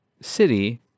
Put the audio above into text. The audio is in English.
city